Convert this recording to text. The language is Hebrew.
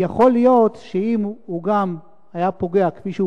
כי יכול להיות שאם הוא גם היה פוגע כפי שהוא